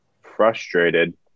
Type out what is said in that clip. frustrated